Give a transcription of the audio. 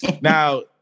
Now